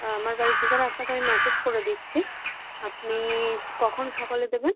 আমার বাড়ির ঠিকানা আপনাকে আমি ম্যাসেজ করে দিচ্ছি আপনি কখন সকালে দেবেন